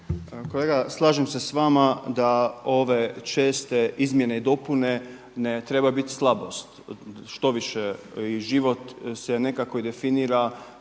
Kolega slažem se s vama da ove česte izmjene i dopune ne trebaju biti slabost, štoviše i život se nekako i definira